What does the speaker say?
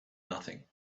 nothing